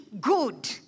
good